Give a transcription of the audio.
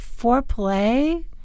foreplay